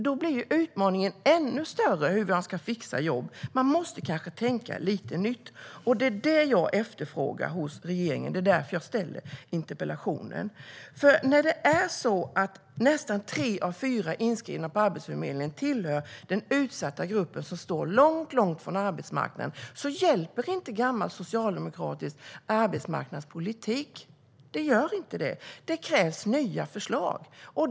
Då blir utmaningen ännu större för hur man ska fixa jobb. Man måste kanske tänka lite nytt. Det är vad jag efterfrågar hos regeringen. Det är därför jag ställer interpellationen. När nästan tre av fyra inskrivna på Arbetsförmedlingen tillhör den utsatta gruppen som står långt från arbetsmarknaden hjälper inte gammal socialdemokratisk arbetsmarknadspolitik. Den gör inte det. Det krävs nya förslag.